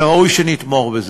וראוי שנתמוך בזה.